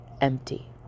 empty